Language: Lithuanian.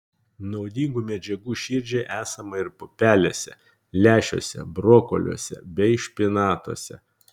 naudingų medžiagų širdžiai esama ir pupelėse lęšiuose brokoliuose bei špinatuose